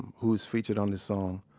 who's featured on this song,